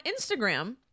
Instagram